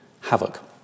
havoc